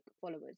followers